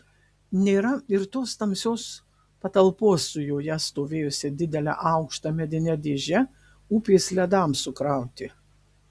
nėra ir tos tamsios patalpos su joje stovėjusia didele aukšta medine dėže upės ledams sukrauti